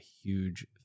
huge